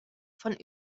von